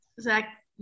zach